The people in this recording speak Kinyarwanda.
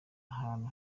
ahantu